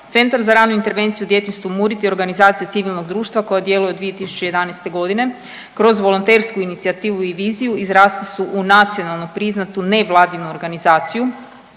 Centar za ranu intervenciju u djetinjstvu MURID i organizacija civilnog društva koja djeluje od 2011.g., kroz volontersku inicijativu i viziju izrasli su u nacionalno priznatu nevladinu organizaciju